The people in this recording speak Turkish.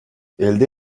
elde